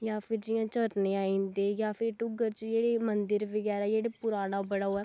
जां फिर जियां झरने आई जंदे जां फिर डुग्गर च जेह्ड़े मन्दिर बगैरा जेह्ड़ा पुराना बड़ा ओह् ऐ